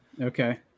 Okay